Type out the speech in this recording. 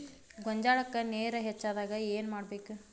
ಗೊಂಜಾಳಕ್ಕ ನೇರ ಹೆಚ್ಚಾದಾಗ ಏನ್ ಮಾಡಬೇಕ್?